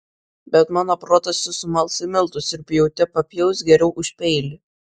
bet mano protas jus sumals į miltus ir pjaute papjaus geriau už peilį